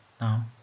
now